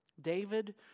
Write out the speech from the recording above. David